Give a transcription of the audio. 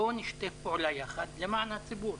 בוא נשתף פעולה ביחד למען הציבור.